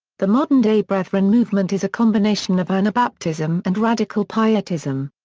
the modern-day brethren movement is a combination of anabaptism and radical pietism.